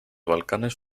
balcanes